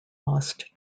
lost